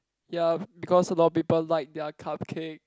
ya because a lot of people like their cupcake